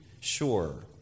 Sure